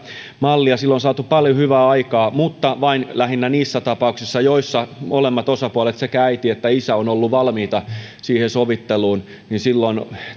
ja sillä on saatu paljon hyvää aikaan mutta lähinnä vain niissä tapauksissa joissa molemmat osapuolet sekä äiti että isä ovat olleet valmiita sovitteluun silloin